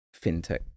fintech